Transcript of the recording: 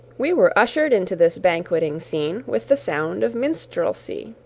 we were ushered into this banqueting scene with the sound of minstrelsy,